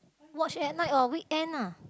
watch at night on weekend ah